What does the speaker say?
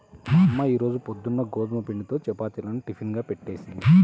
మా అమ్మ ఈ రోజు పొద్దున్న గోధుమ పిండితో చపాతీలను టిఫిన్ గా చేసిపెట్టింది